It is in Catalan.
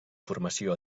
formació